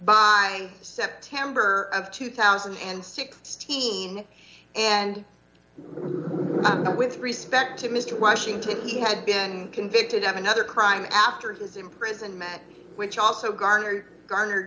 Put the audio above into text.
by september of two thousand and sixteen and with respect to mister washington he had been convicted of another crime after his imprisonment which also garnered garnered